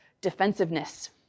defensiveness